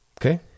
Okay